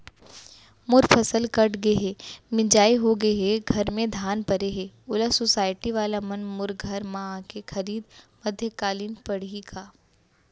मोर फसल कट गे हे, मिंजाई हो गे हे, घर में धान परे हे, ओला सुसायटी वाला मन मोर घर म आके खरीद मध्यकालीन पड़ही का?